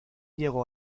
llegó